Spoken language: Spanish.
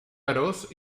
garros